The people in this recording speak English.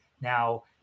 now